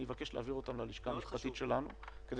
אבקש להעביר אותם ללשכה המשפטית שלנו כדי